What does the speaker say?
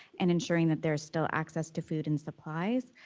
and ensuring that there's still access to food and supplies.